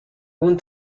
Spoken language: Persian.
اون